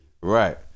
right